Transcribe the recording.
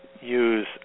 use